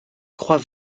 croix